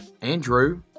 Andrew